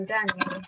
Daniel